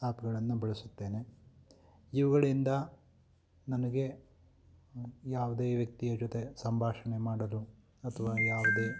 ಆ್ಯಪ್ಗಳನ್ನು ಬಳಸುತ್ತೇನೆ ಇವುಗಳಿಂದ ನನಗೆ ಯಾವುದೇ ವ್ಯಕ್ತಿಯ ಜೊತೆ ಸಂಭಾಷಣೆ ಮಾಡಲು ಅಥ್ವಾ ಯಾವುದೇ